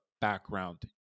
background